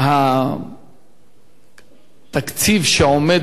שהתקציב שעומד לרשות השר הוא זעום מאוד.